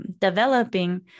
developing